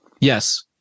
Yes